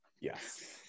yes